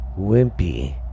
wimpy